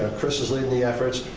ah chris is leading the efforts.